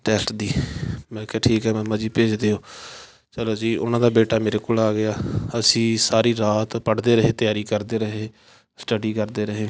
test ਦੀ ਮੈਂ ਕਿਹਾ ਠੀਕ ਹੈ ਮਾਮਾ ਜੀ ਭੇਜ ਦਿਓ ਚਲੋ ਜੀ ਉਹਨਾਂ ਦਾ ਬੇਟਾ ਮੇਰੇ ਕੋਲ ਆ ਗਿਆ ਅਸੀਂ ਸਾਰੀ ਰਾਤ ਪੜ੍ਹਦੇ ਰਹੇ ਤਿਆਰੀ ਕਰਦੇ ਰਹੇ ਸਟੱਡੀ ਕਰਦੇ ਰਹੇ